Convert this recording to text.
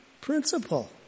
principle